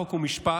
חוק ומשפט,